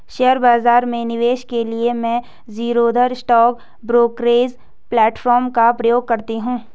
share बाजार में निवेश के लिए मैं ज़ीरोधा स्टॉक ब्रोकरेज प्लेटफार्म का प्रयोग करती हूँ